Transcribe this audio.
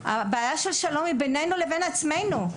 אלא קודם בנינו לבין עצמינו.